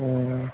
অঁ